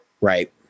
Right